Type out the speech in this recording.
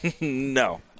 No